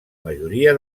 majoria